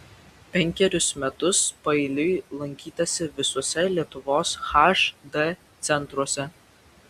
penkerius metus paeiliui lankytasi visuose lietuvos hd centruose